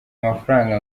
amafaranga